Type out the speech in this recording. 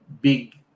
big